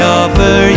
offer